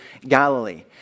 Galilee